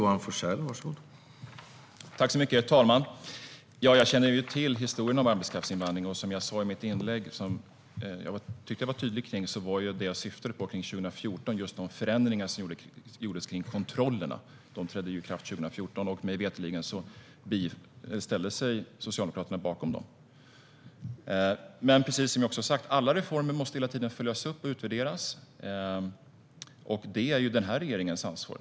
Herr talman! Jag känner till historien om arbetskraftsinvandring. Som jag sa i mitt inlägg och var tydlig med syftade jag på de förändringar av kontrollerna som trädde i kraft 2014. Mig veterligen ställde sig Socialdemokraterna bakom dem. Men precis som jag också har sagt måste alla reformer hela tiden följas upp och utvärderas, och det är ju den här regeringens ansvar.